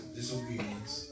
disobedience